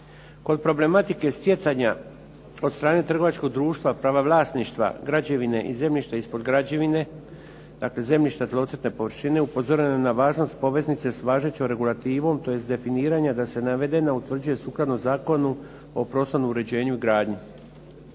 Kod problematike stjecanja od strane trgovačkog društva, prava vlasništva, građevine i zemljišta ispod građevine, dakle zemljišta tlocrta površine upozoreno je na važnost poveznice s važećom regulativom, tj. definiranja da se navedena utvrđuje sukladno Zakonu o prostornom uređenju i gradnji.